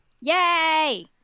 Yay